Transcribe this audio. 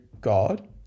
God